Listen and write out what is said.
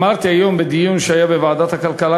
אמרתי היום בדיון שהיה בוועדת הכלכלה,